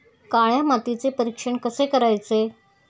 काळ्या मातीचे परीक्षण कसे करायचे?